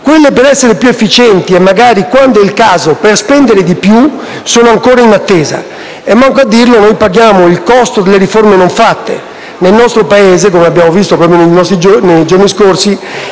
quelle per essere più efficienti e magari, quando è il caso, spendere di più, sono ancora in attesa e, manco a dirlo, noi paghiamo il costo delle riforme non fatte. Nel nostro Paese, come abbiamo visto nei giorni scorsi,